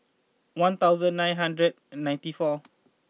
one thousand nine hundred ninety four